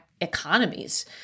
economies